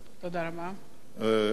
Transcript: עוד כמה משפטים, בבקשה.